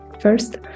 First